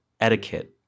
Etiquette